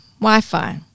Wi-Fi